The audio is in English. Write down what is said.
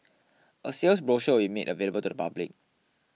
a sales brochure will be made available to the public